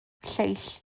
lleill